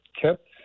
kip